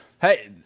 Hey